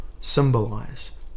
symbolise